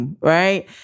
right